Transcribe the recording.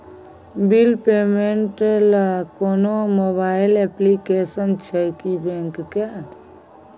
Bill payment ल कोनो mobile application छै की बैंक के?